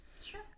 Sure